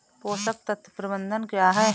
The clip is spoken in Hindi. पोषक तत्व प्रबंधन क्या है?